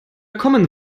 common